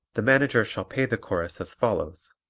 the manager shall pay the chorus as follows